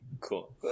Cool